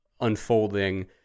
unfolding